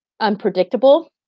unpredictable